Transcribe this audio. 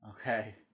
Okay